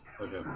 Okay